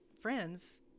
friends